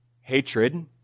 hatred